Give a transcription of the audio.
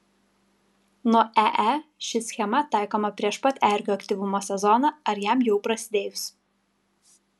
nuo ee ši schema taikoma prieš pat erkių aktyvumo sezoną ar jam jau prasidėjus